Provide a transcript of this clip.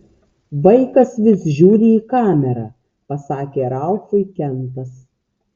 vaikas vis žiūri į kamerą pasakė ralfui kentas